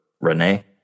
renee